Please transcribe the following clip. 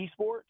esports